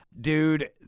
Dude